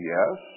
Yes